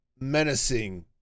menacing